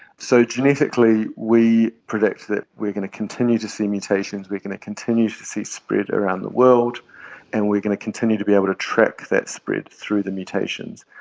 so, genetically we predict that we are going to continue to see mutations, we are going to continue to see spread around the world and we are going to continue to be able to track that spread through the mutations.